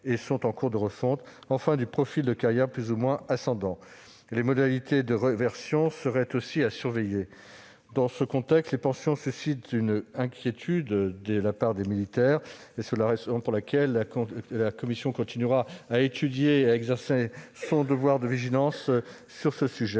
et sont en cours de refonte -, ainsi que du profil de carrière, plus ou moins ascendant. Les modalités des réversions seraient aussi à surveiller. Dans ce contexte, les pensions suscitent une inquiétude chez les militaires. C'est la raison pour laquelle la commission continuera à exercer son devoir de vigilance et